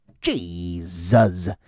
Jesus